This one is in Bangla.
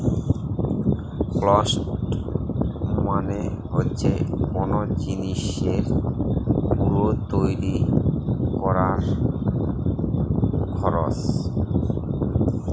কস্ট মানে হচ্ছে কোন জিনিসের পুরো তৈরী করার খরচ